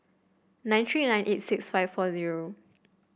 nine three nine eight six five four zero